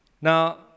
Now